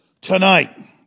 tonight